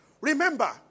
Remember